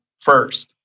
first